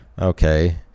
Okay